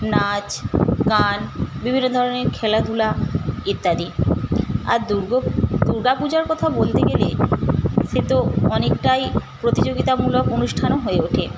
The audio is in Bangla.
নাচ গান বিভিন্ন ধরনের খেলাধূলা ইত্যাদি আর দুর্গাপূজার কথা বলতে গেলে সে তো অনেকটাই প্রতিযোগিতামূলক অনুষ্ঠান হয়ে ওঠে